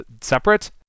separate